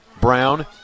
Brown